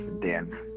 Dan